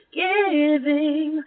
giving